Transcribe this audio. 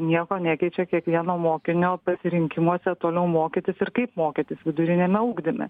nieko nekeičia kiekvieno mokinio pasirinkimuose toliau mokytis ir kaip mokytis viduriniame ugdyme